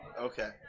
Okay